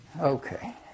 Okay